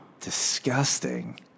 Disgusting